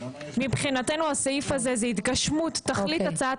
מבחינתנו הסעיף הזה זאת התגשמות תכלית הצעת